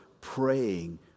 praying